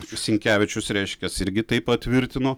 sinkevičius reiškias irgi tai patvirtino